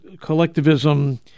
collectivism